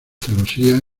celosías